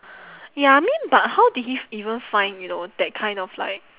ya I mean but how did he even find you know that kind of like